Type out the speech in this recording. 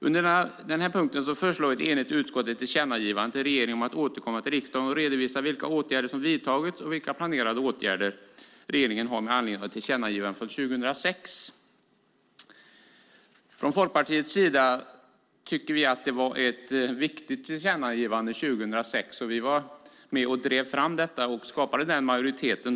Under denna punkt föreslår ett enigt utskott ett tillkännagivande till regeringen om att återkomma till riksdagen och redovisa vilka åtgärder som vidtagits och vilka planer regeringen har med anledning av ett tillkännagivande från 2006. Från Folkpartiets sida tyckte vi att det var ett viktigt tillkännagivande 2006, och vi var med om att driva fram det och skapade majoriteten.